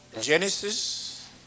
Genesis